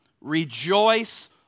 Rejoice